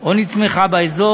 או נצמחה באזור,